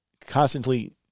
constantly